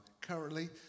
Currently